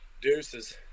deuces